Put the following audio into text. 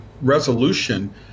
resolution